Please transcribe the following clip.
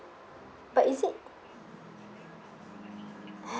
but is it